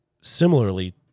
Similarly